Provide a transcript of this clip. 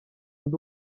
ndi